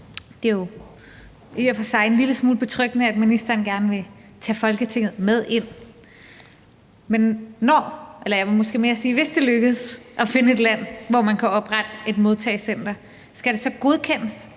det jo i og for sig er en lille smule betryggende, at ministeren gerne vil tage Folketinget med ind, men når, eller jeg må måske hellere sige: hvis det lykkes at finde et land, hvor man kan oprette et modtagecenter, skal det så godkendes